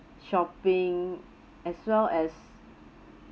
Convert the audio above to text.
shopping as well as